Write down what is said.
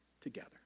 together